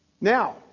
Now